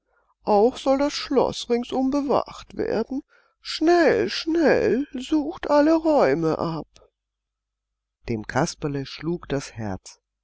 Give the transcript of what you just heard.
auch soll das schloß ringsum bewacht werden schnell schnell sucht alle räume ab dem kasperle schlug das herz